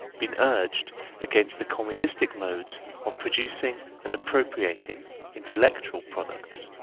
been urged against the communistic modes of producing and appropriating intellectual products.